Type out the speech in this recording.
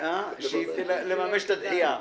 את הדחייה.